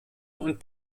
und